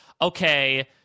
okay—